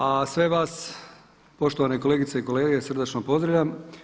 A sve vas poštovane kolegice i kolege srdačno pozdravlja.